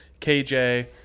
KJ –